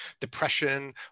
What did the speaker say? depression